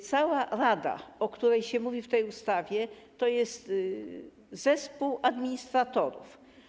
Cała rada, o której się mówi w tej ustawie, to jest zespół administratorów.